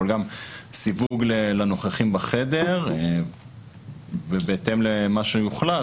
אבל גם סיווג לנוכחים בחדר ובהתאם למה שיוחלט,